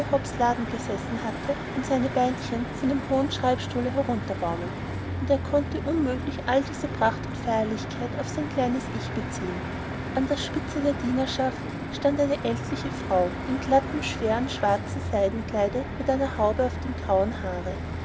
laden gesessen hatte und seine beinchen von dem hoben schreibstuhle herunterbaumelten und er konnte unmöglich all diese pracht und feierlichkeit auf sein kleines ich beziehen an der spitze der dienerschaft stand eine ältliche frau in glattem schwerem schwarzen seidenkleide mit einer haube auf dem grauen haare